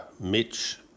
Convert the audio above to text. Mitch